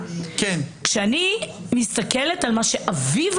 לקמפיינרים אל תדאגו.